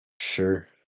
Sure